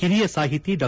ಹಿರಿಯ ಸಾಹಿತಿ ಡಾ